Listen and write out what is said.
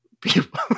people